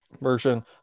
version